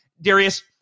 Darius